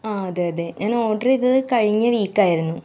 ആ അതെ അതെ ഞാൻ ഓർഡർ ചെയ്തത് കഴിഞ്ഞ വീക്ക് ആയിരുന്നു